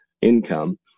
income